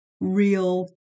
real